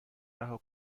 رها